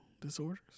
disorders